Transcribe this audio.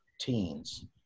teens